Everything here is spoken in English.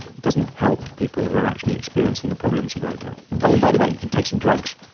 it doesn't help people who are actually experiencing the problems a great deal. and by the way, you can take some drugs,